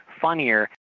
funnier